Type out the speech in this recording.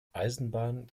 eisenbahn